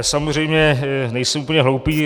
Samozřejmě nejsem úplně hloupý.